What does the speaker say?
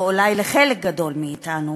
או אולי לחלק גדול מאתנו